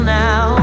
now